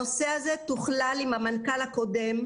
הנושא הזה תוכלל עם המנכ"ל הקודם,